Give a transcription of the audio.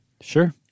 Sure